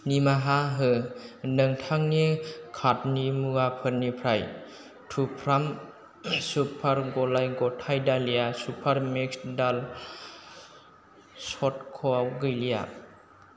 निमाहा हो नोंथांनि कार्टनि मुवाफोरनिफ्राय त्रुफार्म सुपार गलाय गथाय दालिया सुपार मिक्स दाल सटकआव गैलिया